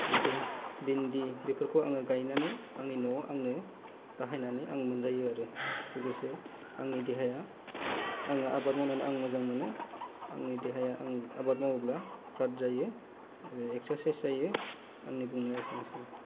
बेफोर भिन्डि बेफोरखौ आं गायनानै आंनि न'आव आंनो बाहायनानै आं मोनजायो आरो लोगोसे आंनि देहाया आङो आबाद मावनानै आं मोजां मोनो आंनि देहाया आं आबाद मायोब्ला फ्राथ जायो एक्सारसाइज जायो आंनि बुंनाया एसेनोसै